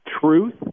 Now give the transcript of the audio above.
truth